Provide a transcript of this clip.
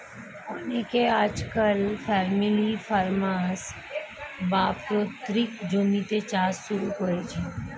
অনেকে আজকাল family farm, বা পৈতৃক জমিতে চাষ শুরু করেছেন